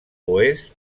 oest